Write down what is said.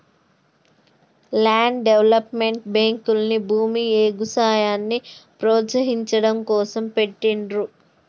land development బ్యేంకుల్ని భూమి, ఎగుసాయాన్ని ప్రోత్సహించడం కోసం పెట్టిండ్రు